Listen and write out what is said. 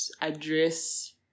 address